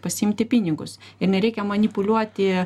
pasiimti pinigus ir nereikia manipuliuoti